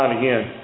again